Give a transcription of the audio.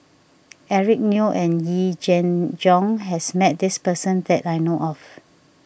Eric Neo and Yee Jenn Jong has met this person that I know of